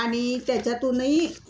आणि त्याच्यातूनही